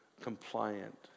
compliant